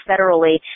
federally